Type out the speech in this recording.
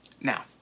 Now